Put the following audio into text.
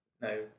No